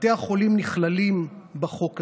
בתי החולים נכללים בחוק הזה.